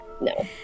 no